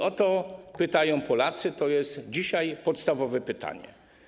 O to pytają Polacy, to jest dzisiaj podstawowe pytanie.